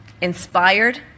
inspired